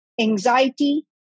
anxiety